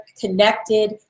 connected